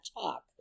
talk